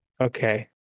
Okay